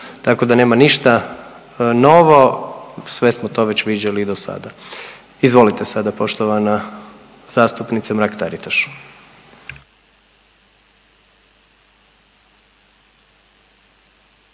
tako da nema ništa novo. Sve smo to već viđali i do sada. Izvolite sada poštovana zastupnice Mrak-Taritaš.